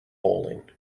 bowling